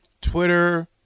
Twitter